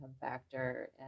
factor